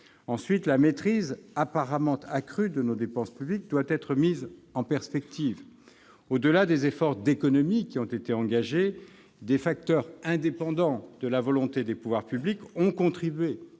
Ensuite, la maîtrise apparemment accrue de nos dépenses publiques doit être mise en perspective. Au-delà des efforts d'économies qui ont été engagés, des facteurs indépendants de la volonté des pouvoirs publics ont contribué